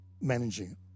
managing